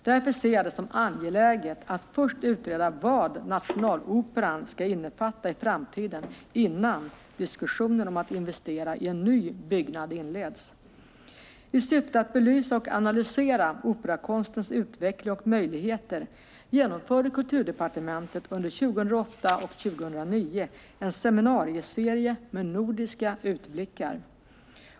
Därför ser jag det som angeläget att först utreda vad nationaloperan ska innefatta i framtiden, innan diskussionen om att investera i en ny byggnad inleds. I syfte att belysa och analysera operakonstens utveckling och möjligheter genomförde Kulturdepartementet under 2008 och 2009 en seminarieserie med nordiska utblickar.